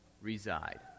reside